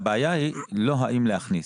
הבעיה היא לא האם להכניס.